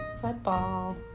football